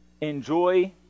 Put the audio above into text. enjoy